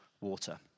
water